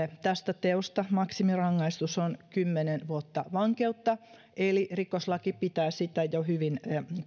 tästä teosta maksimirangaistus on kymmenen vuotta vankeutta eli rikoslaki pitää sitä jo hyvin